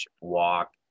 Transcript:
Walk